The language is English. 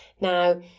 Now